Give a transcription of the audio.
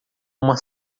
uma